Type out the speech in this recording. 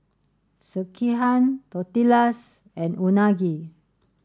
Sekihan Tortillas and Unagi